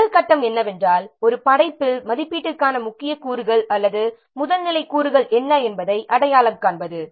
முதல் கட்டம் என்னவென்றால் ஒரு படைப்பில் மதிப்பீட்டிற்கான முக்கிய கூறுகள் அல்லது முதல் நிலை கூறுகள் என்ன என்பதை அடையாளம் காண்பது